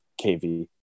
KV